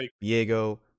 Diego